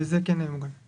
זה כן ממוגן.